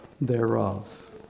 thereof